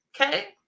okay